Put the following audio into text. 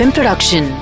Production